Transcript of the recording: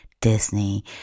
disney